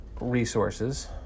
resources